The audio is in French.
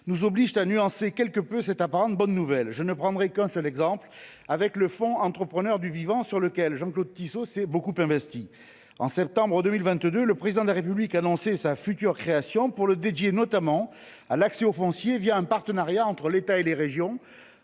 nous contraignent à nuancer quelque peu cette apparente bonne nouvelle. Je ne prendrai qu’un seul exemple, celui du fonds Entrepreneurs du vivant, pour lequel Jean Claude Tissot s’est beaucoup impliqué. En septembre 2022, le Président de la République annonçait la création de ce fonds dédié notamment à l’accès au foncier un partenariat entre l’État et les régions.